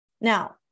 Now